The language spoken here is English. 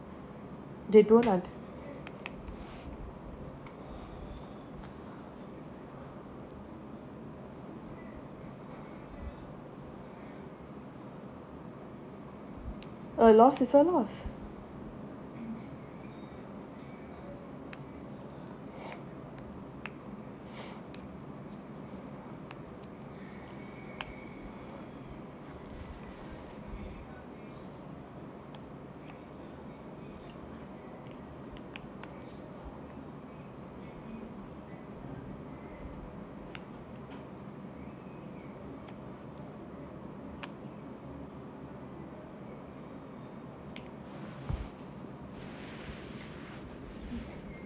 they don't under~ a loss is a loss